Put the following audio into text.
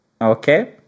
Okay